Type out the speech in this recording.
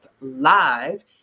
live